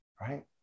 right